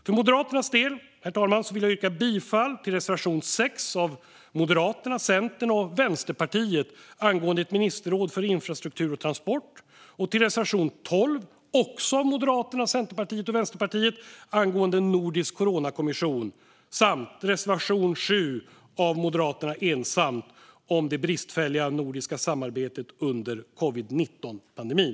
För Moderaternas del, herr talman, vill jag yrka bifall till reservation 6 av Moderaterna, Centern och Vänsterpartiet angående ett ministerråd för infrastruktur och transport, till reservation 12, också av Moderaterna, Centerpartiet och Vänsterpartiet, angående en nordisk coronakommission samt till reservation 7 av Moderaterna ensamt om det bristfälliga nordiska samarbetet under covid-19-pandemin.